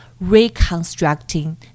reconstructing